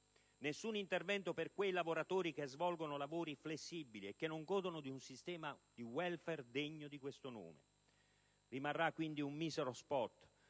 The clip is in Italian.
Nessun intervento per quei lavoratori che svolgono lavori flessibili e che non godono di un sistema di *welfare* degno di questo nome. Rimarrà quindi un misero *spot*